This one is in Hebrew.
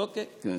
אוקיי.